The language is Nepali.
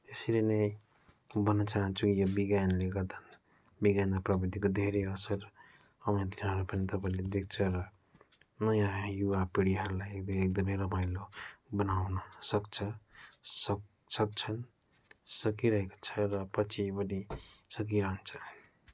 यसरी नै भन्न चाहन्छु कि यो विज्ञानले गर्दा विज्ञान र प्रविधिको धेरै असर आउने दिनहरूमा पनि तपाईँले देख्छ र नयाँ युवा पिँढीहरूलाई एक्द एकदमै रमाइलो बनाउन सक्छ सक् सक्छन् सकिरहेको छ र पछि पनि सकिहाल्छ